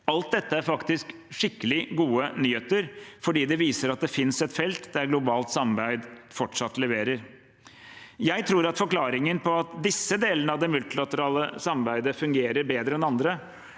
Alt dette er faktisk skikkelig gode nyheter, for det viser at det finnes felt der globalt samarbeid fortsatt leverer. Jeg tror forklaringen på at disse delene av det multilaterale samarbeidet fungerer bedre enn andre,